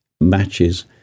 matches